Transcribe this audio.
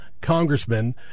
congressman